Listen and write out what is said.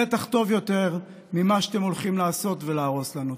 בטח טוב יותר ממה שאתם הולכים לעשות ולהרוס לנו.